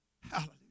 Hallelujah